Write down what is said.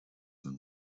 than